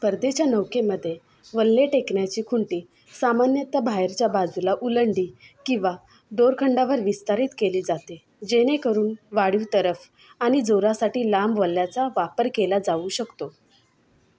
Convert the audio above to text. स्पर्धेच्या नौकेमध्ये वल्हे टेकण्याची खुंटी सामान्यतः बाहेरच्या बाजूला उलंडी किंवा दोरखंडावर विस्तारित केली जाते जेणेकरून वाढीव तरफ आणि जोरासाठी लांब वल्ह्याचा वापर केला जाऊ शकतो